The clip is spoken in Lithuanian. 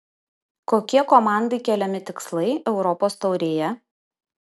kokie komandai keliami tikslai europos taurėje